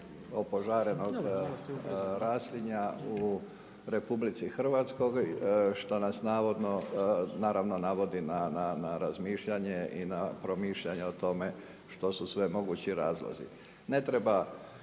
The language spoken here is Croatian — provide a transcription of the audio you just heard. opožarenog raslinja u RH što nas navodno, naravno navodi na razmišljanje i na promišljanje o tome što su sve mogući razlozi.